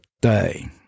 day